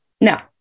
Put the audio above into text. Now